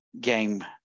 game